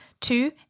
Two